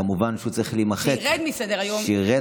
כמובן שהוא צריך להימחק -- שירד מסדר-היום עם פתרונות.